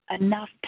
enough